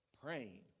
praying